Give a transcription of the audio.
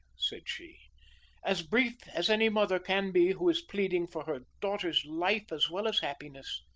said she as brief as any mother can be who is pleading for her daughter's life as well as happiness.